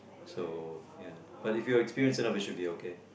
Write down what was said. so ya but if you're experienced enough it should be okay